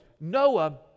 noah